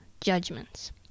judgments